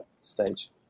stage